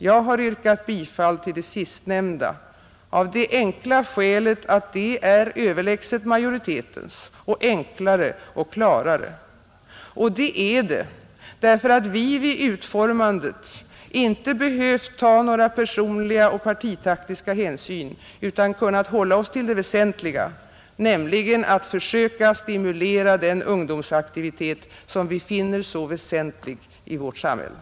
Jag har yrkat bifall till det sistnämnda av det enkla skälet att det är överlägset majoritetens, enklare och klarare, Och det är det därför att vi vid utformandet av reservationen inte behövt ta några personliga och partitaktiska hänsyn utan har kunnat hålla oss till det väsentliga, nämligen att försöka stimulera den ungdomsaktivitet som vi finner så väsentlig i vårt samhälle.